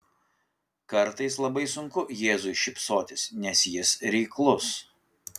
kartais labai sunku jėzui šypsotis nes jis reiklus